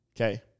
Okay